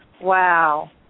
Wow